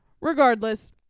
Regardless